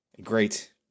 Great